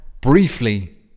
briefly